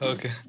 Okay